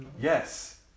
Yes